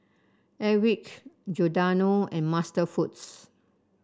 Airwick Giordano and MasterFoods